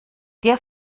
der